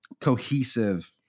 cohesive